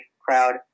Crowd